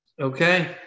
Okay